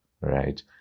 right